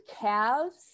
calves